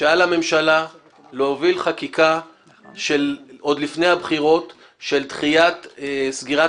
שעל הממשלה להוביל חקיקה עוד לפני הבחירות של דחיית סגירת